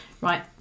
Right